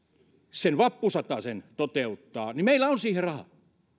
sen vappusatasen toteuttaa niin meillä on siihen rahaa